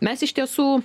mes iš tiesų